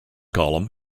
column